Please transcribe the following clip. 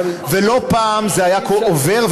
ולא פעם זה היה עובר.